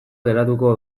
geratuko